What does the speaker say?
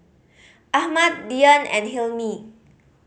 Ahmad Dian and Hilmi